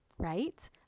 Right